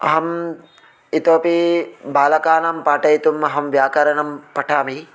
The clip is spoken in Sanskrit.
अहम् इतोपि बालकानां पाठयितुम् अहं व्याकरणं पठामि